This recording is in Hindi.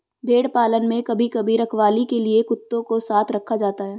भेड़ पालन में कभी कभी रखवाली के लिए कुत्तों को साथ रखा जाता है